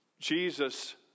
Jesus